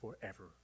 forever